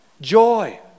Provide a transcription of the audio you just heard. joy